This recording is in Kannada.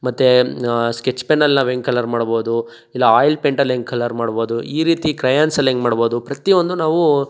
ಮತ್ತು ಸ್ಕೆಚ್ ಪೆನ್ನಲ್ಲಿ ನಾವು ಹೆಂಗ್ ಕಲರ್ ಮಾಡ್ಬೋದು ಇಲ್ಲ ಆಯಿಲ್ ಪೈಂಟಲ್ಲಿ ಹೆಂಗ್ ಕಲರ್ ಮಾಡ್ಬೋದು ಈ ರೀತಿ ಕ್ರಯಾನ್ಸಲ್ಲಿ ಹೆಂಗ್ ಮಾಡ್ಬೋದು ಪ್ರತಿ ಒಂದು ನಾವು